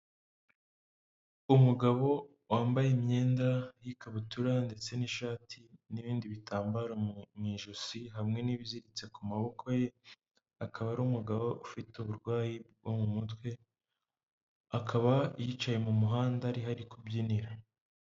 Umugabo wambaye imyenda y'ikabutura ndetse n'ishati n'ibindi bitambaro mu ijosi hamwe n'ibiziritse ku maboko ye, akaba ari umugabo ufite uburwayi bwo mu mutwe, akaba yicaye mu muhanda ariho ari kubyinira.